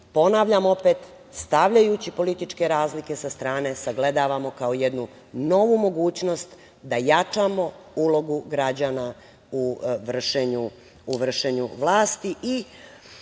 ponavljam opet, stavljajući političke razlike sa strane, sagledavamo kao jednu novu mogućnost da jačamo ulogu građana u vršenju vlasti. Da